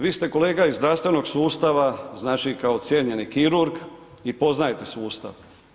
Vi ste kolega iz zdravstvenog sustava znači kao cijenjeni kirurg i poznajete sustav.